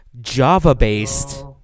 Java-based